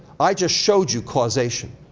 i just showed you causation.